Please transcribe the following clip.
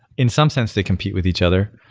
in some sense they compete with each other.